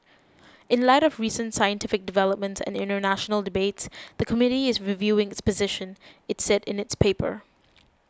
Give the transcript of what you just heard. in light of recent scientific developments and international debates the committee is reviewing its position it said in its paper